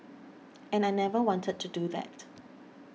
and I never wanted to do that